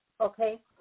okay